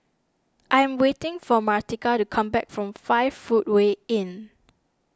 I am waiting for Martika to come back from five Footway Inn